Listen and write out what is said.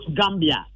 Gambia